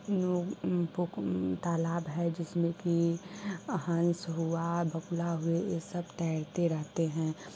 उन लोग पोखर तालाब है जिसमें की हंस हुआ बगुला हुए यह सब तैरते रहते हैं